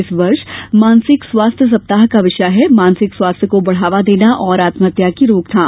इस वर्ष मानसिक स्वास्थ्य सप्ताह का विषय है मानसिक स्वास्थ्य को बढावा देना और आत्महत्या की रोकथाम